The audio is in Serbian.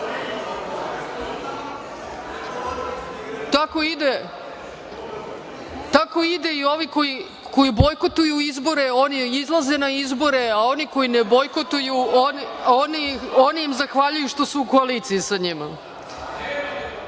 Tako ide, i ovi koji bojkotuju izbore, oni izlaze na izbore, a oni koji ne bojkotuju, oni im zahvaljuju što su u koaliciji sa njima. Nije